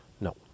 No